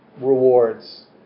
rewards